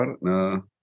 No